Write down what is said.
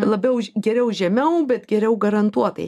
labiau už geriau žemiau bet geriau garantuotai